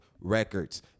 records